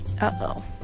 Uh-oh